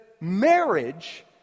marriage